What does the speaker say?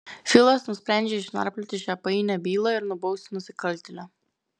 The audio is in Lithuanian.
filas nusprendžia išnarplioti šią painią bylą ir nubausti nusikaltėlį